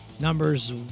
Numbers